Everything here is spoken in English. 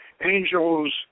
Angels